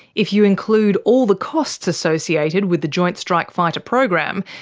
if you include all the costs associated with the joint strike fighter program,